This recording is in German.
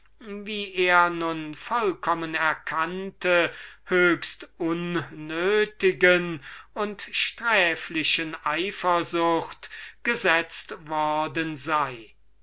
wie er nun vollkommen erkannte höchst unnötigen und sträflichen eifersucht gesetzt worden sei